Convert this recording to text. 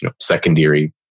secondary